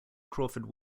crawford